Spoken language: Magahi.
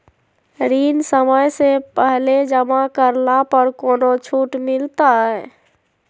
ऋण समय से पहले जमा करला पर कौनो छुट मिलतैय?